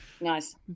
Nice